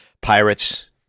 Pirates